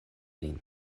lin